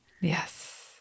yes